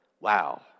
wow